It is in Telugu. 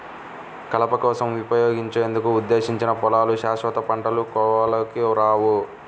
కలప కోసం ఉపయోగించేందుకు ఉద్దేశించిన పొలాలు శాశ్వత పంటల కోవలోకి రావు